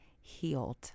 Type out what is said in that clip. healed